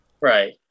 right